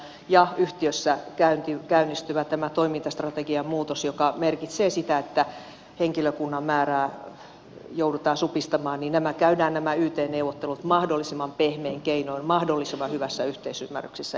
ja kun yhtiössä käynnistyy tämä toimintastrategiamuutos joka merkitsee sitä että henkilökunnan määrää joudutaan supistamaan niin nämä yt neuvottelut käydään mahdollisimman pehmein keinoin mahdollisimman hyvässä yhteisymmärryksessä